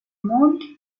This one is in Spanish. montt